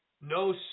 no